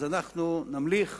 אנחנו נמליך